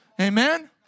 Amen